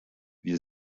wir